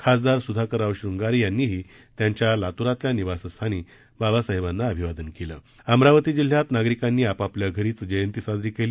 खासदार सुधाकर राव शुंगारे यांनीही त्यांच्या लातूरातल्या निवास्थानी बाबासाहेबांना अभिवादन केलं अमरावती जिल्ह्यात नागरिकांनी आपापल्या घरीच जयंती साजरी केली